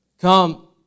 Come